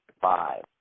five